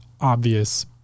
obvious